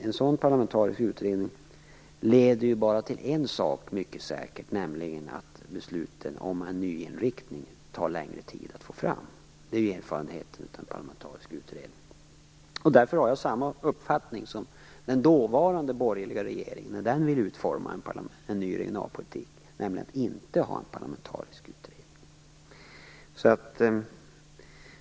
En sådan utredning leder mycket säkert bara till en sak, nämligen att besluten om en ny inriktning tar längre tid att få fram. Det är erfarenheten av parlamentariska utredningar. Därför har jag samma uppfattning som den förra borgerliga regeringen när det gällde att utforma en ny regionalpolitik, att man inte skall ha en parlamentarisk utredning.